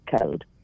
code